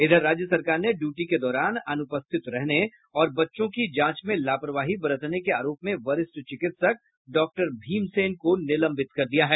इधर राज्य सरकार ने ड्यूटी के दौरान अनुपस्थित रहने और बच्चों की जांच में लापरवाही बरतने के आरोप में वरिष्ठ चिकित्सक डॉक्टर भीमसेन को निलंबित कर दिया है